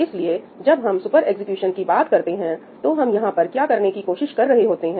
इसलिए जब हम की बात करते हैं तो हम यहां पर क्या करने की कोशिश कर रहे होते हैं